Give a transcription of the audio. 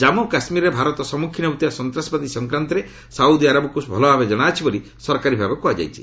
ଜାନ୍ମୁ କାଶ୍ମୀରରେ ଭାରତ ସମ୍ମୁଖୀନ ହେଉଥିବା ସନ୍ତାସବାଦୀ ସଂକ୍ରାନ୍ତରେ ସାଉଦୀ ଆରବକୁ ଭଲଭାବେ ଜଣାଅଛି ବୋଲି ସରକାରୀ ଭାବେ କୁହାଯାଇଛି